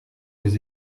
les